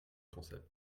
concepts